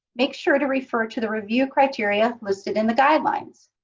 make sure to refer to the review criteria listed in the guidelines.